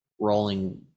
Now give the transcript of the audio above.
rolling